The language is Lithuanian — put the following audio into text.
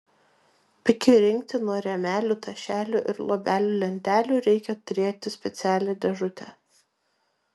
pikiui rinkti nuo rėmelių tašelių ir luobelių lentelių reikia turėti specialią dėžutę